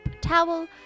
towel